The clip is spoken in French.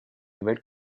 nouvelle